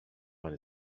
one